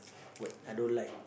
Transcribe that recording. but I don't like